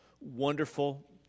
wonderful